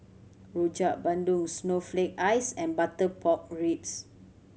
Rojak Bandung snowflake ice and butter pork ribs